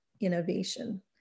innovation